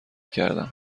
کردم